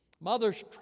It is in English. Mothers